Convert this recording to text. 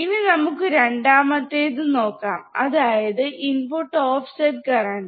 ഇനി നമുക്ക് രണ്ടാമത്തേത് നോക്കാം അതായത് ഇൻപുട്ട് ഓഫ്സെറ്റ് കറണ്ട്